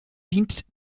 dient